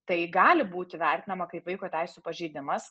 tai gali būti vertinama kaip vaiko teisių pažeidimas